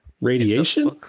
Radiation